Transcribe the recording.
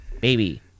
baby